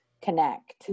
connect